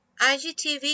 IGTV